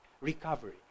recovery